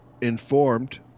informed